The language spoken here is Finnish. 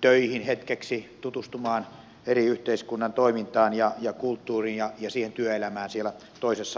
töihin hetkeksi tutustumaan eri yhteiskunnan toimintaan ja kulttuuriin ja siihen työelämään siellä toisessa maassa